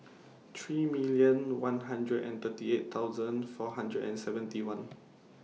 three million one hundred and thirty eight thousand four hundred and seventy one